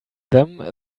them